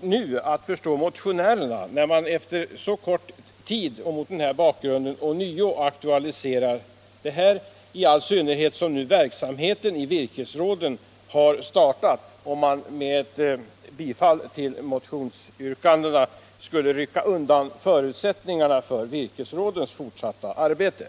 vi nu har svårt att förstå motionärerna, när de efter så kort tid och mot denna bakgrund ånyo aktualiserar ärendet, i all synnerhet som verksamheten i virkesråden nu har startat och man med ett bifall till motionsyrkandena skulle rycka undan förutsättningarna för rådens fortsatta arbete.